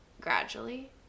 gradually